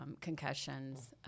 concussions